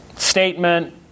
Statement